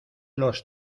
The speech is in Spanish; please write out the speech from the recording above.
los